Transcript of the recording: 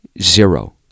Zero